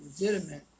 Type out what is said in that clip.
legitimate